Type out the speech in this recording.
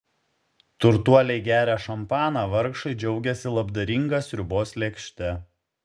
turtuoliai geria šampaną vargšai džiaugiasi labdaringa sriubos lėkšte